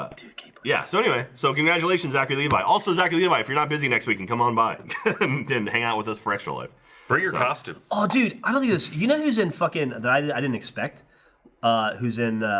ah yeah, so anyway, so congratulations accurately by also exactly in my if you're not busy next we can come on by didn't hang out with us for extra life briggs costume. oh, dude i don't use you know who's in fucking that i did i didn't expect. ah who's in